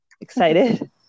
excited